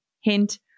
Hint